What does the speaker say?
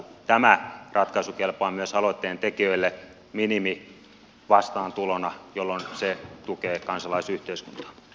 tämä ratkaisu kelpaa myös aloitteen tekijöille minimivastaantulona jolloin se tukee kansalaisyhteiskuntaamme